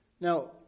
Now